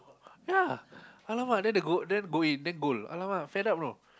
ya !alamak! then the goal then go in then goal !alamak! fed up you know